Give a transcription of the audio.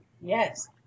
Yes